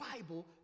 bible